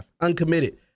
uncommitted